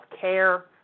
care